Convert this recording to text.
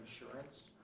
insurance